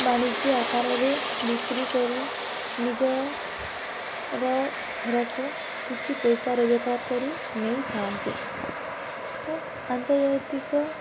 ବାଣିଜ୍ୟ ଆକାରରେ ବିକ୍ରି କରି ନିଜର ଘରକୁ କିଛି ପଇସା ରୋଜଗାର କରି ନେଇଥାନ୍ତି ତ ଆନ୍ତର୍ଜାତିକ